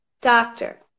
doctor